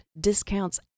discounts